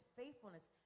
faithfulness